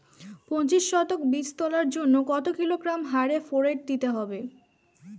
পঁচিশ শতক বীজ তলার জন্য কত কিলোগ্রাম হারে ফোরেট দিতে হবে?